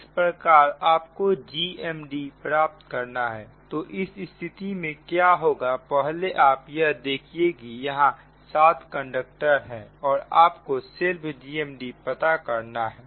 इस प्रकार आपको GMD प्राप्त करना है तो इस स्थिति में क्या होगा पहले आप यह देखिए कि यहां 7 कंडक्टर है और आप को सेल्फ GMD पता करना है